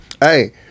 Hey